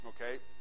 Okay